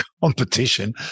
competition